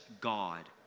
God